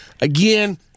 Again